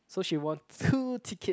so she won two ticket